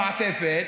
המעטפת,